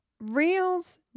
reels